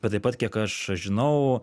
bet taip pat kiek aš žinau